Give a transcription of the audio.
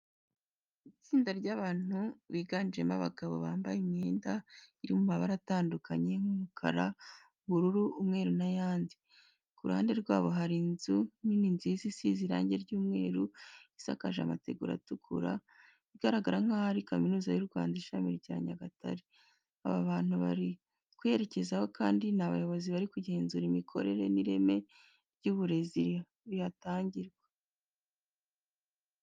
Itsinda ry'abantu biganjemo abagabo, bambaye imyenda iri mu mabara atandukanye nk'umukara, ubururu, umweru n'ayandi. Ku ruhande rwabo hari inzu nini nziza isize irange ry'umweru isakaje amategura atukura, igaragara nk'aho ari kaminuza y'u Rwanda ishami rya Nyagatare. Aba bantu bari kuyerekezaho kandi ni abayobozi bari kugenzura imikorere n'ireme ry'uburezi buhatangirwa.